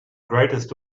greatest